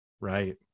right